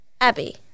Abby